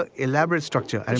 ah elaborate structure. i mean